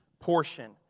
portion